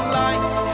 life